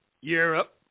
Europe